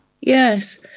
yes